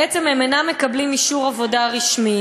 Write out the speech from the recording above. בעצם, הם אינם מקבלים אישור עבודה רשמי.